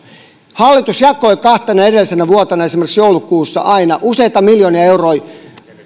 hallitus jakoi kahtena edellisenä vuotena esimerkiksi joulukuussa aina useita miljoonia euroja